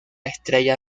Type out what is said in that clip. estrella